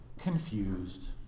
confused